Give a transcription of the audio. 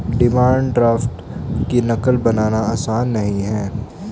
demand draft की नक़ल बनाना आसान नहीं है